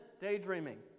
daydreaming